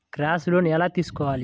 Crop loan ఎలా తీసుకోవాలి?